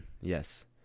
Yes